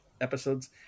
episodes